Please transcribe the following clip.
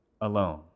alone